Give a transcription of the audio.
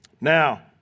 Now